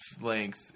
length